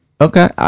Okay